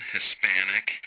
Hispanic